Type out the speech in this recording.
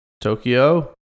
Tokyo